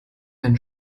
einen